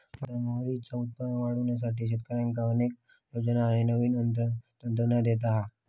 भारत मोहरीचा उत्पादन वाढवुसाठी शेतकऱ्यांका अनेक योजना आणि नवीन तंत्रज्ञान देता हा